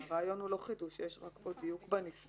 הרעיון הוא לא חידוש, יש רק פה דיוק בניסוח.